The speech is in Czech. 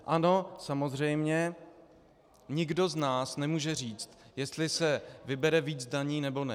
Ano, samozřejmě, nikdo z nás nemůže říct, jestli se vybere víc daní, nebo ne.